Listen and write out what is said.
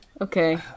Okay